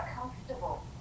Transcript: comfortable